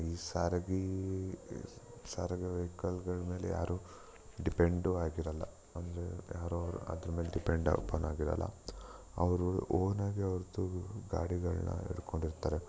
ಈ ಸಾರಿಗೇಯು ಈ ಸಾರಿಗೆ ವೆಯ್ಕಲ್ಗಳ ಮೇಲೆ ಯಾರು ಡೆಪೆಂಡು ಆಗಿರೋಲ್ಲ ಅಂದರೆ ಯಾರೊ ಅದ್ರ ಮೇಲೆ ಡಿಪೆಂಡ್ ಅಪಾನ್ ಆಗಿರೋಲ್ಲ ಅವರು ಓನಾಗೆ ಅವ್ರದ್ದು ಗಾಡಿಗಳನ್ನ ಇಟ್ಕೊಂಡಿರ್ತಾರೆ